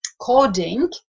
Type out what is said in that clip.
coding